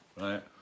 Right